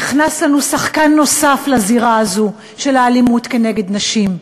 נכנס לנו שחקן נוסף לזירה הזו של האלימות נגד נשים.